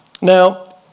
Now